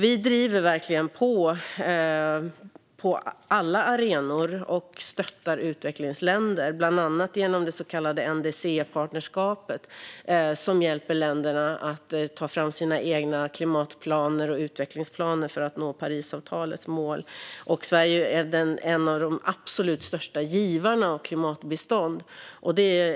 Vi driver verkligen på i detta på alla arenor, och vi stöttar utvecklingsländer - bland annat genom det så kallade NDC-partnerskapet, som hjälper länderna att ta fram sina egna klimatplaner och utvecklingsplaner för att nå Parisavtalets mål. Sverige är också en av de absolut största givarna av klimatbistånd.